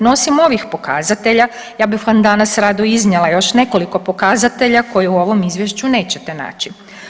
No, osim ovih pokazatelja ja bih vam danas rado iznijela još nekoliko pokazatelja koje u ovom izvješću nećete naći.